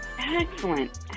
Excellent